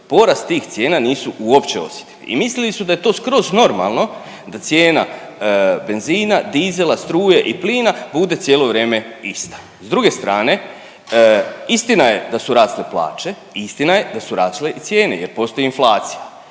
porast tih cijena nisu uopće osjetili i misli su da je to skroz normalno da cijena benzina, dizela, struje i plina bude cijelo vrijeme ista. S druge strane istina je da su rasle plaće i istina je da su rasle i cijene jer postoji inflacija.